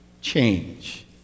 change